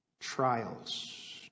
trials